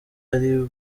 ari